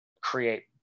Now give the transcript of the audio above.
create